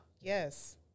Yes